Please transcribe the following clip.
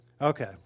Okay